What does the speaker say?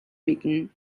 мэднэ